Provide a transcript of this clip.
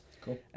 Cool